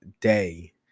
day